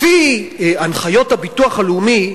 לפי הנחיות הביטוח הלאומי,